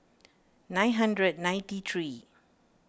nine hundred ninety three